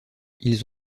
ils